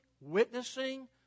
witnessing